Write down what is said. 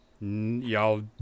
y'all